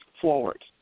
forward